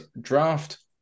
draft